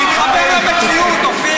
הרי מתווכחים מי ייפול קודם,